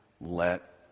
Let